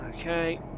Okay